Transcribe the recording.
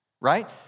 right